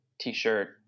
t-shirt